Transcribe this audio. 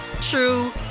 true